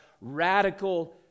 radical